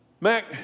Mac